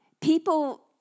People